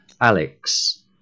Alex